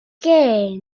que